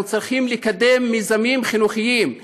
אנחנו צריכים לקדם מיזמים חינוכיים,